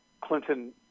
Clinton